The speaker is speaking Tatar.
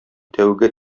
тәүге